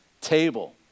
table